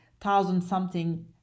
thousand-something